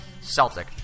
Celtic